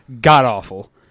god-awful